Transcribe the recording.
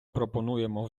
пропонуємо